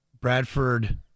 Bradford